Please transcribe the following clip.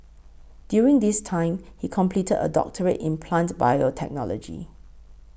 during this time he completed a doctorate in plant biotechnology